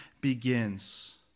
begins